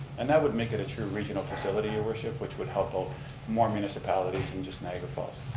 and that would make it a true regional facility your worship, which would help out more municipalities than just niagara falls.